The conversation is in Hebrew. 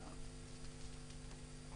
גם לא הבנו חלק גדול מהדברים שאמרת.